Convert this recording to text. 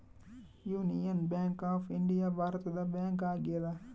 union Bank of India ಭಾರತದ bank ಆಗ್ಯಾದ